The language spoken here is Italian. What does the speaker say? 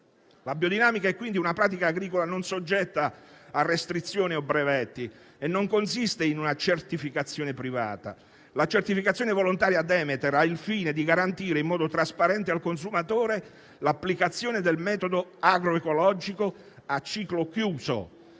La biodinamica è quindi una pratica agricola non soggetta a restrizioni o brevetti e non consiste in una certificazione privata. La certificazione volontaria Demeter ha il fine di garantire in modo trasparente al consumatore l'applicazione del metodo agroecologico a ciclo chiuso.